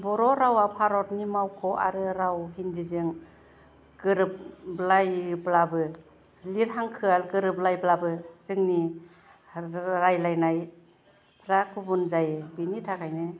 बर' रावआ भारतनि मावख'आरो राव हिन्दीजों गोरोबलायब्लाबो लिर हांखोआ गोरोबलायब्लाबो जोंनि रायलायनाय फ्रा गुबुन जायो बेनि थाखायनो